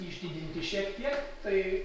išdidinti šiek tiek tai